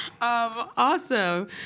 Awesome